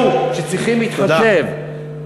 שצריכים להתחשב.